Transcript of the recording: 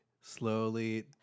slowly